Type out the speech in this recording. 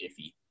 iffy